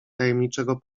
tajemniczego